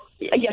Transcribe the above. Yes